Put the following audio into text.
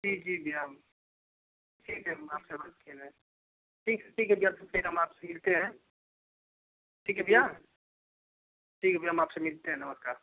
जी जी भैया ठीक है हम आते हैं बात करने ठीक है ठीक है जल्दी से हम आप से मिलते हैं ठीक है भैया ठीक है भैया हम आप से मिलते हैं नमस्कार